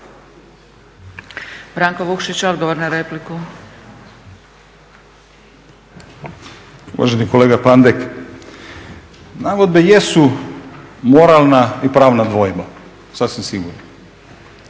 Branko (Nezavisni)** Uvaženi kolega Pandek, nagodbe jesu moralna i pravna dvojba, sasvim sigurno.